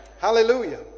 Hallelujah